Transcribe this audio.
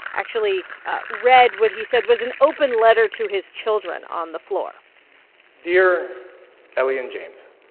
actually ah read what he said was an open letter to his children on the floor dear ellie and james,